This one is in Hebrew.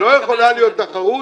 לא יכולה להיות תחרות,